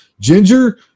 Ginger